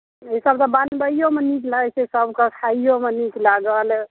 ईसभ तऽ बनबैयोमे नीक लागैत छै सभकेँ खाइयोमे नीक लागल